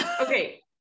Okay